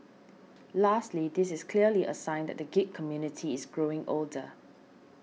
lastly this is clearly a sign that the geek community is growing older